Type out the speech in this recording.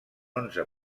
onze